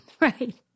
Right